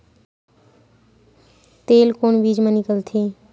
तेल कोन बीज मा निकलथे?